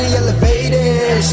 elevated